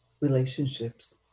relationships